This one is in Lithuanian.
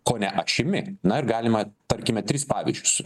kone ašimi na ir galima tarkime tris pavyzdžius